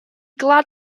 glad